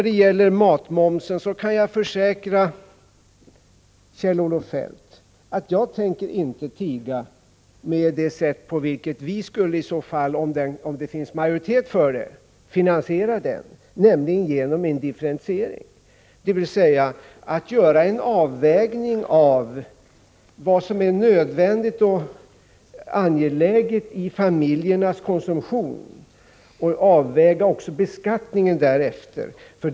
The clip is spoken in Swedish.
Beträffande matmomsen kan jag försäkra Kjell-Olof Feldt att jag inte tänker tiga om på vilket sätt vi skulle finansiera den om vi hade majoritet för detta förslag, nämligen genom en differentiering, dvs. att göra en avvägning av vad som är nödvändigt och angeläget när det gäller familjernas konsumtion och att därefter även göra en avvägning av beskattningen.